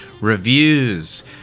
reviews